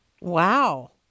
Wow